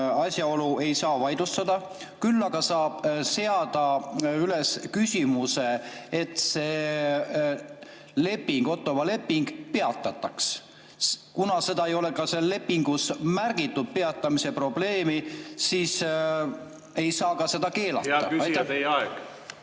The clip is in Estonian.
asjaolu ei saa vaidlustada. Küll aga saab seada üles küsimuse, et see leping, Ottawa leping, peatataks. Kuna seal lepingus ei ole märgitud ka seda peatamise probleemi, siis ei saa seda keelata. Hea küsija, teie aeg!